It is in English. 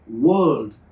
world